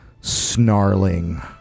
snarling